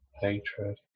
hatred